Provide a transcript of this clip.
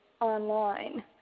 online